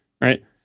right